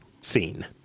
Scene